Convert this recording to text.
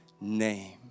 name